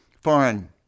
foreign